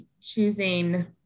choosing